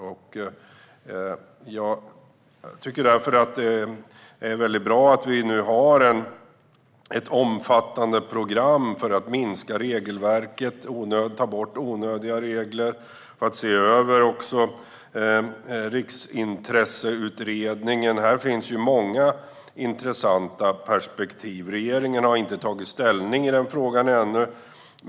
Därför tycker jag att det är mycket bra att vi nu har ett omfattande program för att minska regelverket och ta bort onödiga regler och för att också se över det som Riksintresseutredningen har kommit fram till. Där finns många intressanta perspektiv. Regeringen har ännu inte tagit ställning i denna fråga.